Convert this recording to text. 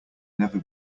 never